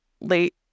late